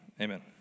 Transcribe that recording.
Amen